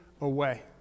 away